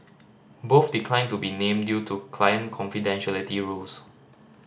both declined to be named due to client confidentiality rules